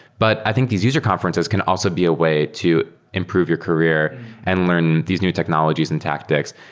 but i think these user conferences can also be a way to improve your career and learn these new technologies and tactics.